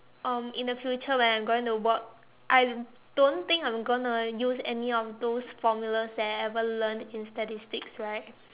um in the future when I'm going to work I don't think I'm gonna use any of those formulas that I ever learnt in statistics right